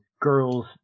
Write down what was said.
girls